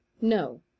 No